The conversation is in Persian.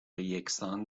یکسان